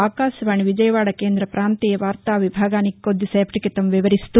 ఆకాశవాణి విజయవాడ కేంద్ర పాంతీయ వార్తా విభాగానికి కొద్దిసేపటి కితం వివరిస్తూ